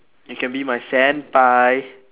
you can be my senpai